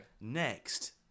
next